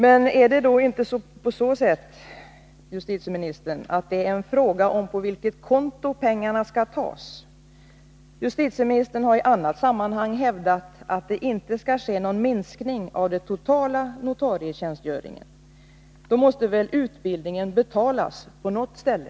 Men är det inte, justitieministern, en fråga om från vilket konto pengarna skall tas? Justitieministern har i annat sammanhang hävdat att det inte skall ske någon minskning av den totala notarietjänstgöringen. Då måste väl utbildningen betalas på något ställe?